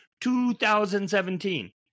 2017